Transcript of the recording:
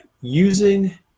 using